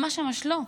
ממש ממש לא,